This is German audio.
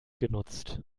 genutzt